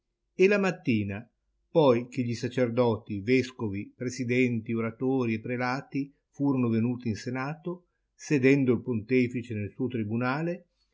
e la mattina poi che gli sacerdoti vescovi presidenti oratori e prelati furono venuti in senato sedendo il pontefice nel suo tribunale